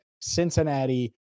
Cincinnati